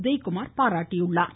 உதயகுமார் பாராட்டியுள்ளார்